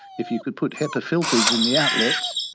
if you could put hepa filters in the outlets,